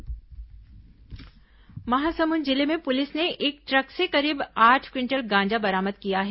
गांजा बरामद महासमुंद जिले में पुलिस ने एक ट्रक से करीब आठ क्विंटल गांजा बरामद किया है